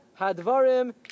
Hadvarim